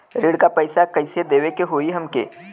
ऋण का पैसा कइसे देवे के होई हमके?